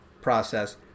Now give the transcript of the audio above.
process